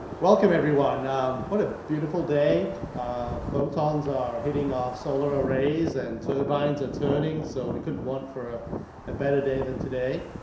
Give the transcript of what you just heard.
welcome everyone um what a beautiful day um photons are hitting our solar arrays and turbines are turning so we couldn't want for a better day than today.